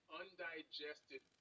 undigested